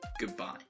goodbye